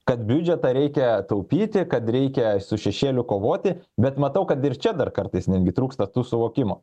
kad biudžetą reikia taupyti kad reikia su šešėliu kovoti bet matau kad ir čia dar kartais netgi trūksta suvokimo